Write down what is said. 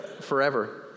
forever